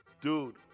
dude